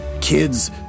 kids